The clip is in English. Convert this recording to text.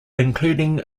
including